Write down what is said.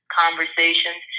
conversations